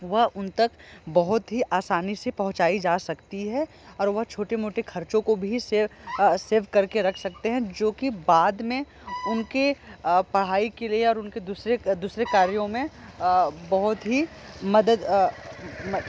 वह उन तक बहुत ही आसानी से पहुँचाई जा सकती हैं और वह छोटी मोटी ख़र्चों को अभी से सेव करके रख सकते हैं जो की बाद में उनके पढ़ाई के लिए और उनके दूसरे दूसरे कार्यो में बहुत ही मदद